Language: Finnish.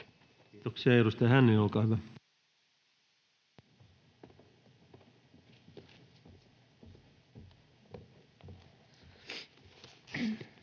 Kiitoksia. — Edustaja Hänninen, olkaa hyvä.